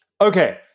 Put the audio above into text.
Okay